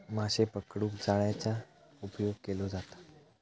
माशे पकडूक जाळ्याचा उपयोग केलो जाता